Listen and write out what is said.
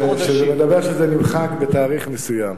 שזה נמחק בתאריך מסוים.